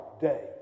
day